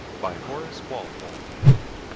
by horace walpole.